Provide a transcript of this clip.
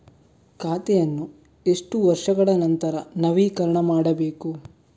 ಖಾತೆಯನ್ನು ಎಷ್ಟು ವರ್ಷಗಳ ನಂತರ ನವೀಕರಣ ಮಾಡಬೇಕು?